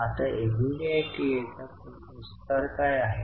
आता ईबीडीटा चा विस्तार काय आहे